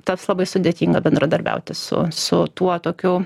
tas labai sudėtinga bendradarbiauti su su tuo tokiu